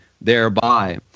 thereby